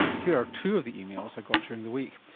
here are two of the emails i got during the week.